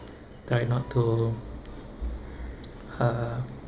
try not to uh